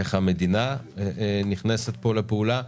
איך המדינה נכנסת פה לפעולה.